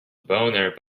boner